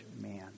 man